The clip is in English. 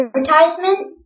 advertisement